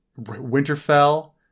Winterfell